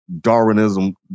Darwinism